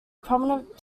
prominent